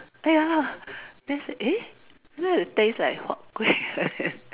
ah ya lah then I said eh how come it taste like huat kueh